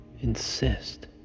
insist